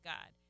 God